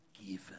given